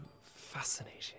fascinating